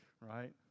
right